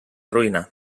ruïna